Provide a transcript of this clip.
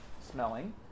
smelling